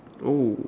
oh